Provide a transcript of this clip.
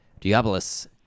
Diabolus